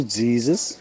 jesus